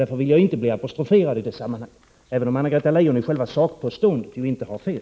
Därför vill jag inte bli apostroferad i det sammanhanget, även om Anna-Greta Leijon i sakpåståendet ju inte har fel.